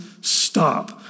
stop